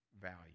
value